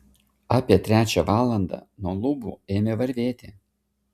apie trečią valandą nuo lubų ėmė varvėti